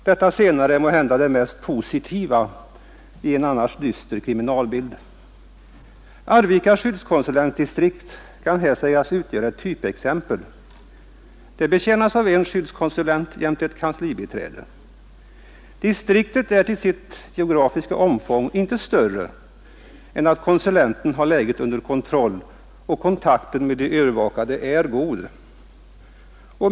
Det senare är måhända det mest positiva i en annars dyster kriminalbild. Arvika skyddskonsulentdistrikt kan här sägas utgöra ett typexempel. Det betjänas av en skyddskonsulent jämte ett kanslibiträde. Distriktet är till sitt geografiska omfång inte större än att konsulenten har läget under kontroll och kontakten med de övervakade är god.